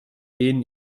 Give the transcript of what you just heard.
denen